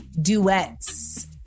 duets